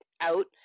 out